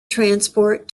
transport